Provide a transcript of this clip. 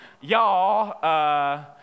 y'all